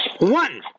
One